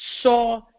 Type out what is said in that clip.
saw